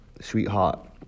sweetheart